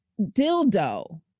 dildo